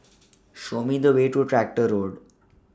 Show Me The Way to Tractor Road